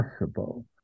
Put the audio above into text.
possible